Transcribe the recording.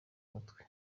mutwe